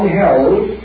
held